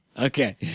Okay